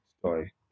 Sorry